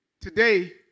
today